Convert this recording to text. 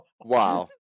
wow